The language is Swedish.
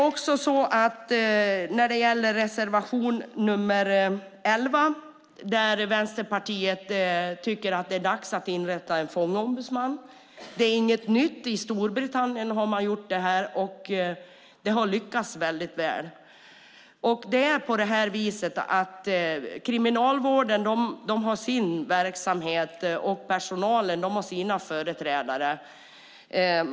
I reservation nr 11 tycker Vänsterpartiet att det är dags att inrätta en fångombudsman. Det är inget nytt. I Storbritannien har man gjort detta, och det har lyckats väl. Kriminalvården har sin verksamhet, och personalen har sina företrädare.